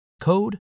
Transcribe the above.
code